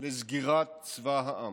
לסגירת צבא העם.